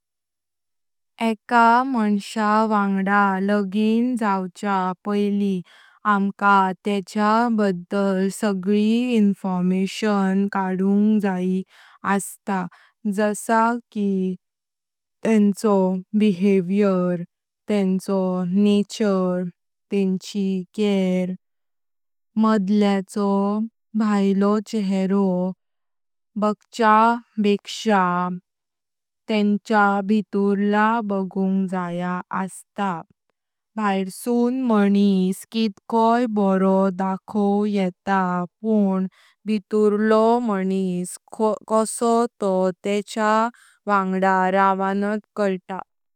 एका माणसाचा वंगडां लगीन जाउच्या पईली आमका येच्या बद्दल सगली इंफॉर्मेशन जाई असता। जसा की त्येचो बिहेवियर, त्येचो नेचर, तयची केअर। माण्ड्याचो भायलो चेहरो बगच्या बेक्श्या तेच्या भीतूरला बगूंग जया असता। बाहेरसून मानिस कितकोई बारो दाखोव येता पुण भीतूरलो मानिस कसो तो तेच्या वंगडा रावणात काइता।